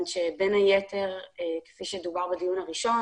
שבין היתר - כפי שדובר בדיון הראשון